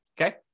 okay